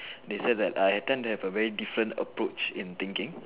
they say that I tend to have a very different approach in thinking